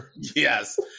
yes